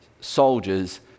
soldiers